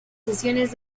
sesiones